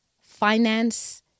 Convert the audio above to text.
Finance